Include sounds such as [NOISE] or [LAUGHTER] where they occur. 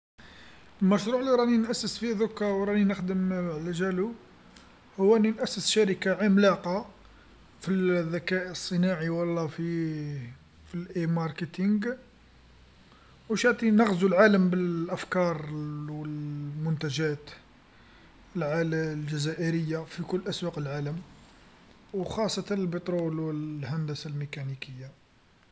المشروع اللي راني نأسس فيه ضركا وراني نخدم [HESITATION] على جالو هو ني نأسس شركه عملاقه، في ال- الذكاء الإصطناعي ولا في في التسويق الإلكتروني، وشاتي نغزو العالم بال- الأفكار [HESITATION] والمنتجات العال- الجزائريه في كل أسواق العالم، وخاصة البترول والهندسه الميكانيكيه.